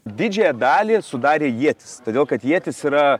didžiąją dalį sudarė ietis todėl kad ietis yra